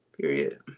Period